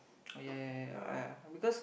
oh ya ya ya I uh because